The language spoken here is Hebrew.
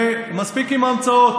ומספיק עם ההמצאות.